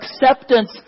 acceptance